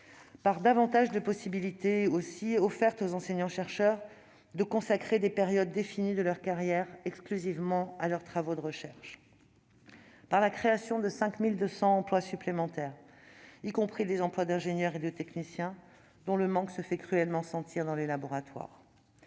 par davantage de possibilités offertes aux enseignants-chercheurs de consacrer des périodes définies de leur carrière exclusivement à leurs travaux de recherche ; par la création de 5 200 emplois supplémentaires, y compris des emplois d'ingénieurs et de techniciens, dont le manque se fait cruellement sentir dans les laboratoires.